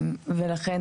ולכן,